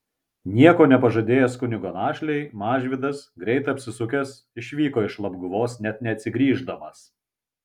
nieko nepažadėjęs kunigo našlei mažvydas greit apsisukęs išvyko iš labguvos net neatsigrįždamas